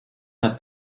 hat